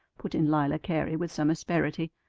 put in lila cary with some asperity.